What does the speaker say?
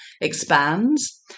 expands